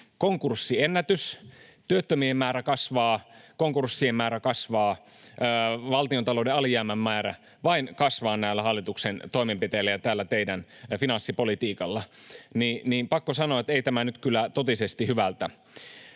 konkurssiennätys, työttömien määrä kasvaa, konkurssien määrä kasvaa ja valtiontalouden alijäämän määrä vain kasvaa näillä hallituksen toimenpiteillä ja tällä teidän finanssipolitiikallanne. Pakko sanoa, että ei tämä nyt kyllä totisesti hyvältä